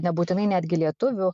nebūtinai netgi lietuvių